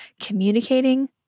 communicating